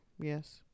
Yes